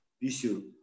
issue